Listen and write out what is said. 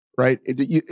right